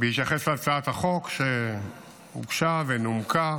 בהתייחס להצעת החוק שהוגשה ונומקה,